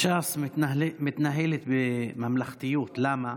ש"ס מתנהלת בממלכתיות, למה?